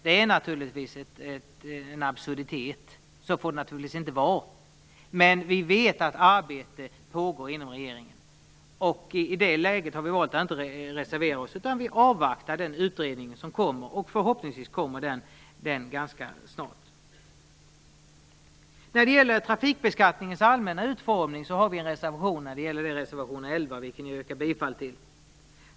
Det är en absurditet, och så får det naturligtvis inte vara. Vi vet att arbete pågår inom regeringen. Vi har i det läget valt att inte reservera oss, utan vi avvaktar den utredning som förhoppningsvis redovisas ganska snart. När det gäller trafikbeskattningens allmänna utformning har vi en reservation, nr 11, vilken jag yrkar bifall till.